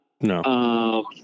No